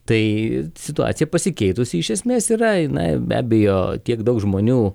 tai situacija pasikeitusi iš esmės yra jinai be abejo tiek daug žmonių